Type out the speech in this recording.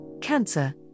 Cancer